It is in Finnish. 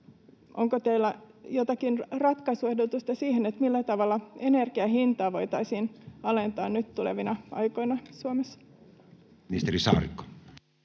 Onko teillä jotakin ratkaisuehdotusta, millä tavalla energian hintaa voitaisiin alentaa nyt tulevina aikoina Suomessa? [Speech 32]